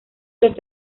los